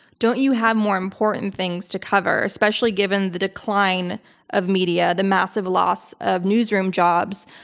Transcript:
don't you have more important things to cover? especially given the decline of media, the massive loss of newsroom jobs,